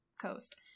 coast